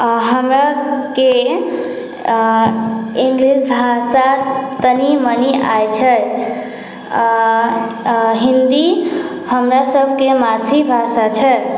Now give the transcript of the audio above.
हमराके इङ्गलिश भाषा तनि मनि आबैत छै हिन्दी हमरा सभके मातृभाषा छै